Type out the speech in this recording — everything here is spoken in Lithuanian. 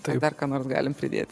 tai dar ką nors galim pridėt